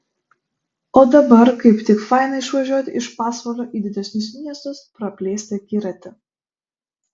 o dabar kaip tik faina išvažiuoti iš pasvalio į didesnius miestus praplėsti akiratį